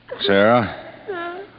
Sarah